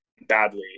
badly